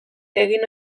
egin